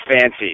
fancy